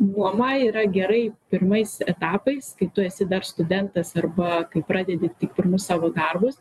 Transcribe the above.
nuoma yra gerai pirmais etapais kai tu esi dar studentas arba kai pradedi tik pirmus savo darbus